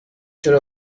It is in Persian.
چرا